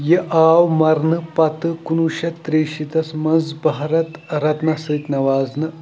یہِ آو مرنہٕ پتہٕ کُنوُہ شیٚتھ ترٛیہِ شیٖتس منٛز بھارت رتنس سۭتۍ نوازنہٕ